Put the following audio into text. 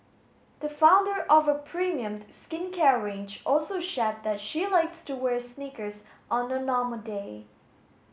the founder of a premium skincare range also shared that she likes to wear sneakers on a normal day